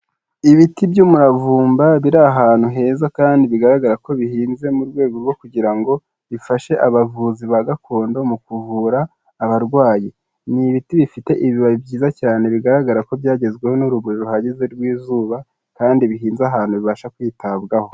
Ibiti by'umuravumba biri ahantu heza kandi bigaragara ko bihinze mu rwego rwo kugira ngo bifashe abavuzi ba gakondo mu kuvura abarwayi, n'ibiti bifite ibibabi byiza cyane bigaragara ko byagezweho n'urumuri ruhagije rw'izuba kandi bihinze ahantu bibasha kwitabwaho.